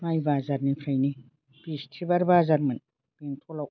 माइ बाजारनिफ्रायनो बिष्तिबार बाजारमोन बेंथलाव